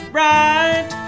right